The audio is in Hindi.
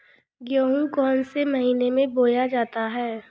गेहूँ कौन से महीने में बोया जाता है?